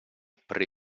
pre